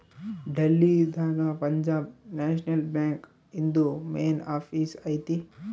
ಡೆಲ್ಲಿ ದಾಗ Punjab national bank ಇಂದು main office ಐತಿ